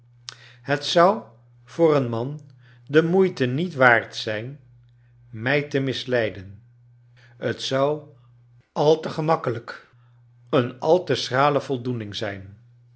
het kleine dorrit zou voor een man cie rnoeite niet waard zijn mij te misleiden t zou al te gemakkelijk eon al te schrale voldoening zijn